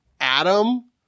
Adam